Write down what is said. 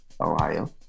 Ohio